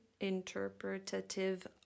interpretative